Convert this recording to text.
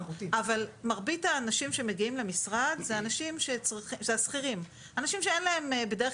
אבל מרבית האנשים שמגיעים למשרד הם השכירים אנשים שבדרך